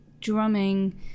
drumming